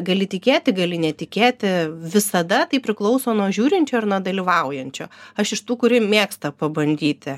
gali tikėti gali netikėti visada tai priklauso nuo žiūrinčio ir nuo dalyvaujančio aš iš tų kuri mėgsta pabandyti